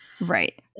Right